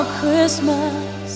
Christmas